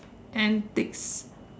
antics